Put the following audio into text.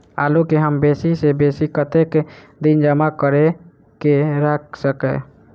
आलु केँ हम बेसी सऽ बेसी कतेक दिन जमा कऽ क राइख सकय